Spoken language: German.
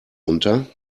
unter